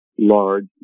large